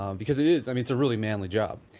um because it is i mean it's a really manly job,